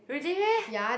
really meh